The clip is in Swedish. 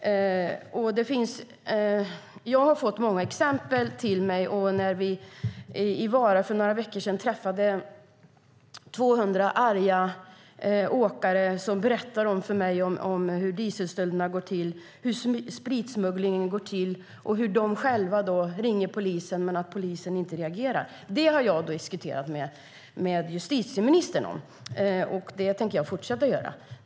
Jag har fått många exempel. När vi i Vara för några veckor sedan träffade 200 arga åkare berättade de för mig hur dieselstölderna går till, hur spritsmugglingen går till och hur de själva ringer polisen men att polisen inte reagerar. Det har jag diskuterat med justitieministern, och det tänker jag fortsätta göra.